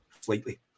slightly